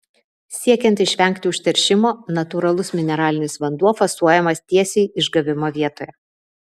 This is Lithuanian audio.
siekiant išvengti užteršimo natūralus mineralinis vanduo fasuojamas tiesiai išgavimo vietoje